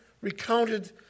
recounted